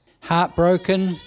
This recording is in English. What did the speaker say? Heartbroken